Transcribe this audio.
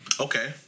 Okay